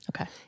Okay